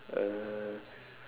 uh